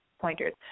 pointers